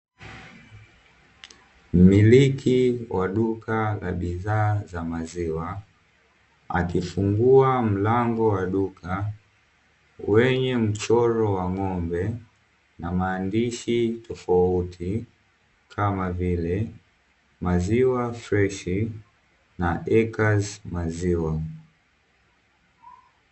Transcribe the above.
Mmiliki wa duka la bidhaa za maziwa akifungua mlango wa duka wenye mchoro wa ng'ombe, na maandishi tofauti kama vile "maziwa freshi" na "ekazi maziwa".